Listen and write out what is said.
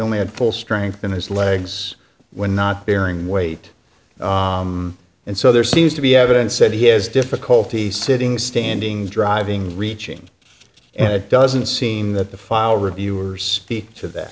only had full strength and his legs were not bearing weight and so there seems to be evidence that he has difficulty sitting standing driving reaching and it doesn't seem that the file reviewers speak to that